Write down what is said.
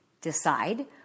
decide